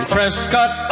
Prescott